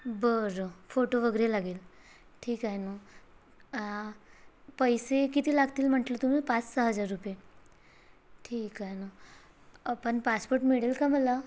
बरं फोटो वगैरे लागेल ठी आहे न पैसे किती लागतील म्हटलं तुम्ही पाच सहा हजार रुपये ठीक आहे न पण पासपोर्ट मिळेल का मला